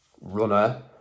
runner